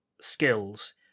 skills